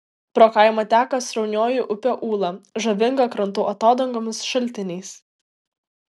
pro kaimą teka sraunioji upė ūla žavinga krantų atodangomis šaltiniais